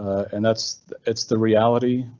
and that's that's the reality.